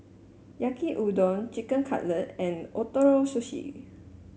Yaki Udon Chicken Cutlet and Ootoro Sushi